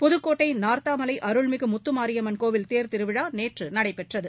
புதுக்கோட்டைநார்த்தாமலைஅருள்மிகுமுத்துமாரியம்மன் கோயில் தேர் திருவிழாநேற்றுநடைபெற்றது